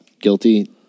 guilty